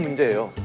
and do